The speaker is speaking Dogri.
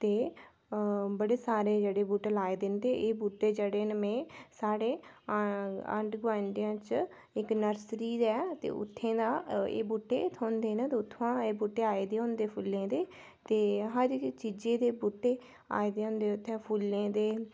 बडे़ सारे बूह्टे जेह्डे़ लाए दे न ते ऐ बूह्टे जेह्डे़ न में साढ़े आंडी गुआंढियें च इक नर्सरी ऐ उत्थुआं दा एह् बूह्टे थ्होंदे न ते उत्थुआं एह् बूह्टे आए दे हुंदे फुल्लें दे ते हर इक चीज़ा दे बूह्टे आए दे हुंदे उत्थै फुल्लें दें